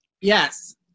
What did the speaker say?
Yes